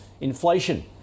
inflation